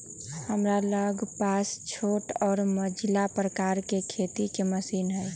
हमरा लग पास छोट आऽ मझिला प्रकार के खेती के मशीन हई